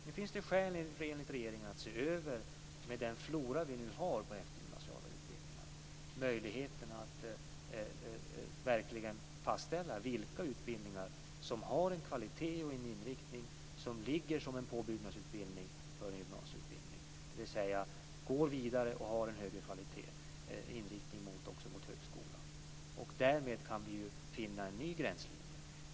Nu finns det enligt regeringen med tanke på den flora av eftergymnasiala utbildningar vi har skäl att se över möjligheten att verkligen fastställa vilka utbildningar som har en kvalitet och inriktning som gör att de är att betrakta som påbyggnadsutbildning för gymnasieutbildning, dvs. som leder vidare och har en högre kvalitet med inriktning också mot högskola. Därmed kan vi finna en ny gränslinje.